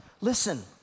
Listen